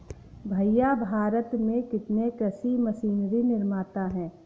भैया भारत में कितने कृषि मशीनरी निर्माता है?